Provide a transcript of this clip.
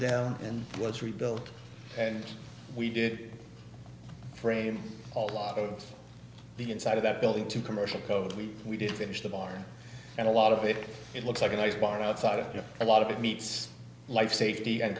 down and was rebuilt and we did for a lot of the inside of that building to commercial code we we didn't finish the barn and a lot of it it looks like a nice barn outside of a lot of it meets life safety and